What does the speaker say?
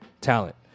talent